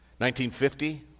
1950